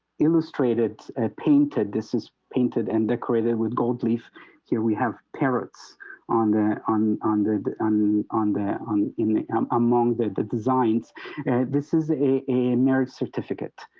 illustrated, ah painted this is painted and decorated with gold leaf here we have parrots on the on on the on on the on in um among the the designs this is a a marriage certificate.